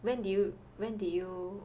when did you when did you